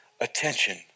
attention